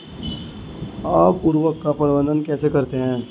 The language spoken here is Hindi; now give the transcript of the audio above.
आप उर्वरक का प्रबंधन कैसे करते हैं?